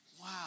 wow